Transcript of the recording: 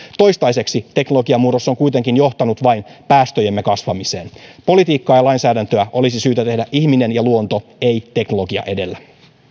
toistaiseksi teknologiamurros on kuitenkin johtanut vain päästöjemme kasvamiseen politiikkaa ja lainsäädäntöä olisi syytä tehdä ihminen ja luonto ei teknologia edellä